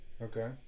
Okay